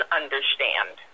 understand